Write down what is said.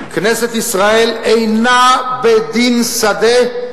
כנסת ישראל אינה בית-דין שדה,